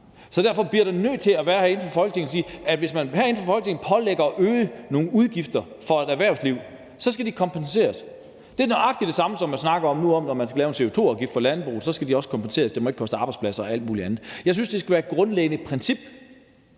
Så derfor bliver man nødt til herinde i Folketinget at sige, at hvis man herinde fra Folketingets side øger nogle udgifter for et erhvervsliv, skal det kompenseres. Det er nøjagtig det samme, som, når man nu snakker om at lave en CO2-afgift på landbruget, at det også skal kompenseres, for det må ikke koste arbejdspladser og alt muligt andet. Jeg synes, det skal være et grundlæggende princip,